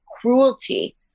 cruelty